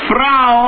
Frau